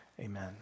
amen